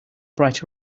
bright